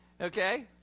Okay